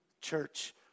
Church